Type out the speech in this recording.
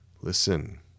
Listen